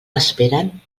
esperen